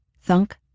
Thunk